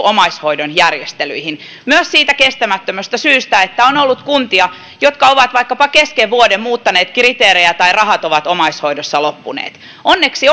omaishoidon järjestelyihin myös siitä kestämättömästä syystä että on ollut kuntia jotka ovat vaikkapa kesken vuoden muuttaneet kriteerejä tai rahat ovat omaishoidossa loppuneet onneksi